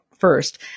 first